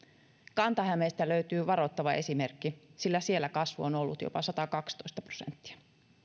kanta hämeestä löytyy varoittava esimerkki sillä siellä kasvu on ollut jopa satakaksitoista prosenttia